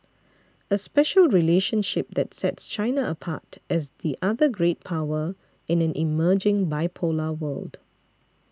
a special relationship that sets China apart as the other great power in an emerging bipolar world